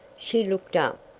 she looked up,